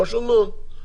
פשוט מאוד.